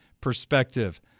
perspective